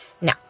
Now